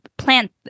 plant